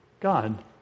God